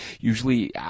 usually